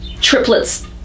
triplets